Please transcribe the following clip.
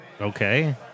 Okay